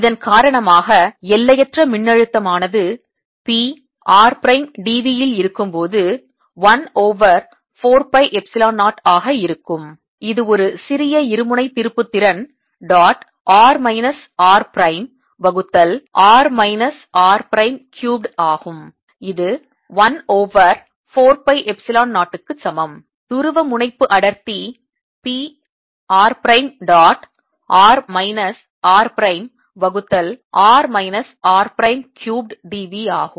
இதன் காரணமாக எல்லையற்ற மின்னழுத்தம் ஆனது P r prime d v இல் இருக்கும் போது 1 ஓவர் 4 பை எப்சிலோன் 0 ஆக இருக்கும் இது ஒரு சிறிய இருமுனை திருப்புத்திறன் dot r minus r prime வகுத்தல் r minus r prime cubed ஆகும் இது 1 ஓவர் 4 பை எப்சிலன் 0 க்கு சமம் துருவமுனைப்பு அடர்த்தி p r பிரைம் dot r minus r prime வகுத்தல் r minus r prime cubed d v ஆகும்